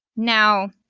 now,